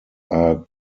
are